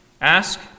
Ask